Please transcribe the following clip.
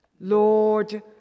Lord